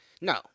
No